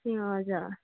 ए हजुर